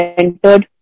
entered